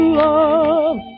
love